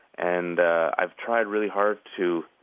and ah i've tried really hard to